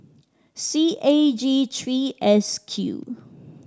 C A G three S Q